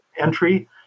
entry